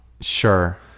Sure